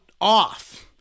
off